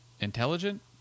intelligent